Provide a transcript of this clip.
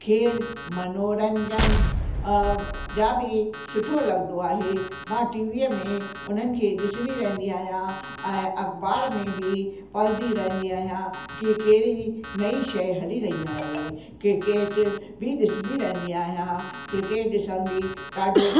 खेल मनोरंजन जा बि सुठो लॻंदो आहे मां टीवीअ में उन्हनि खे ॾिसंदी रहंदी आहियां ऐं अखबार में बि पढ़ंदी रहंदी आहियां कि कहिड़ी नई शइ हली रही आहे क्रिकेट बि ॾिसंदी रहंदी आहियां क्रिकेट ॾिसण बि ॾाढो